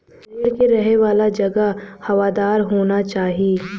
भेड़ के रहे वाला जगह हवादार होना चाही